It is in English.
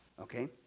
Okay